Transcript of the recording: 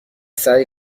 سعی